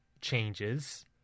changes